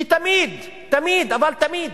כי תמיד, תמיד, אבל תמיד,